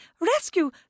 rescue